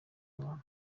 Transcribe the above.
bantu